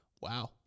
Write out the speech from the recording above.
Wow